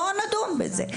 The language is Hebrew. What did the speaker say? בואו נדון בזה.